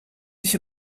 sich